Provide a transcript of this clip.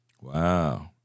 Wow